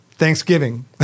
Thanksgiving